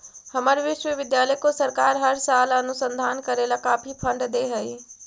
हमर विश्वविद्यालय को सरकार हर साल अनुसंधान करे ला काफी फंड दे हई